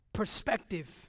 perspective